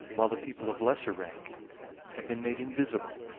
while the people of lesser rank had been made invisible,